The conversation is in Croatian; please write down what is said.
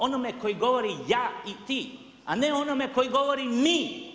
Onome koji govori ja i ti, a ne onome koji govori mi.